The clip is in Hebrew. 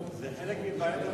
זה חלק מבעיית הבצורת.